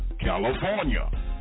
California